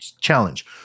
challenge